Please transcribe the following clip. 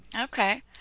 Okay